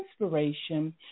inspiration